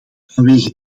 vanwege